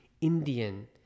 Indian